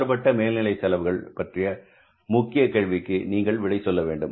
மாறுபட்ட மேல்நிலை செலவுகள் பற்றிய முக்கியமான கேள்விக்கு நீங்கள் விடை சொல்ல வேண்டும்